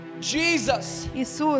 Jesus